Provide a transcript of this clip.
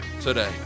today